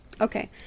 Okay